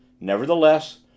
Nevertheless